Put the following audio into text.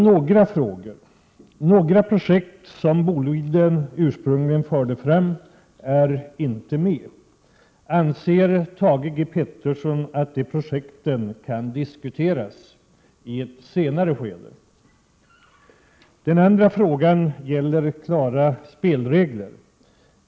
Några projekt som Boliden ursprungligen förde fram är inte med i överenskommelsen mellan regeringen och Boliden. Anser Thage G Peterson att de projekten kan diskuteras i ett senare skede?